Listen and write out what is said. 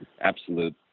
absolute